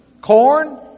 Corn